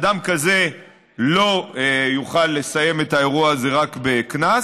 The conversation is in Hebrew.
אדם כזה לא יוכל לסיים את האירוע הזה רק בקנס.